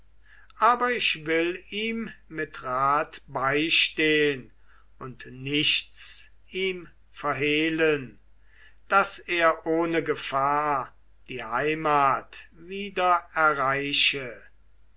aber ich will ihm mit rat beistehn und nichts ihm verhehlen daß er ohne gefahr die heimat wieder erreiche